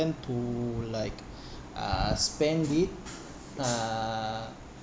tend to like uh spend it uh